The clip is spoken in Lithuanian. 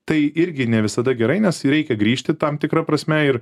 tai irgi ne visada gerai nes reikia grįžti tam tikra prasme ir